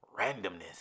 randomness